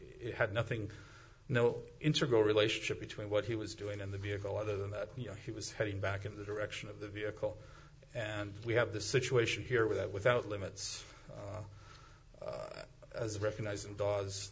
it had nothing no interger relationship between what he was doing and the vehicle other than that you know he was heading back in the direction of the vehicle and we have the situation here with that without limits as recognizing d